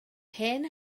hen